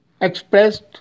expressed